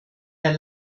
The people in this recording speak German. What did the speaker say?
der